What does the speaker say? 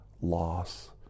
loss